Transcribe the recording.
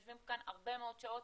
יושבים כאן הרבה מאוד שעות